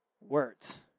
words